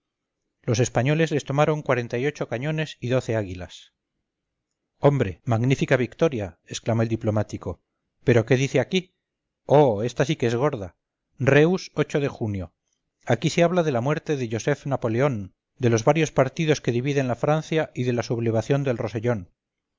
los españoles les tomaron cañones y águilas hombre magnífica victoria exclamó el diplomático pero qué dice aquí oh esta sí que es gorda reus de junio aquí se habla de la muerte de josef napoleón de los varios partidos que dividen la francia y de la sublevación del rosellón